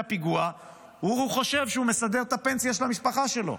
פיגוע והוא חושב שהוא מסדר את הפנסיה של המשפחה שלו,